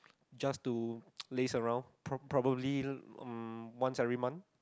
just to laze around prob~ probably um once every month